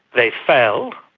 they failed.